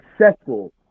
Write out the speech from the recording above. successful